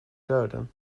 döden